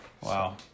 Wow